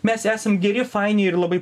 mes esam geri faini ir labai